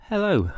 Hello